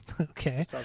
Okay